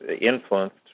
influenced